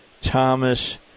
Thomas